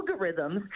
algorithms